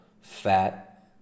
fat